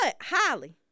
Holly